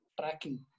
tracking